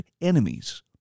enemies